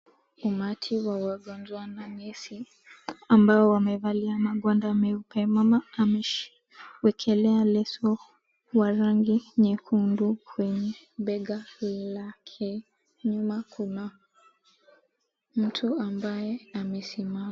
Umati wa wagonjwa na nesi ambao wamevalia magwanda meupe. Mama amewekelea leso wa rangi nyekundu kwenye bega lake. Nyuma kuna mtu ambaye amesimama.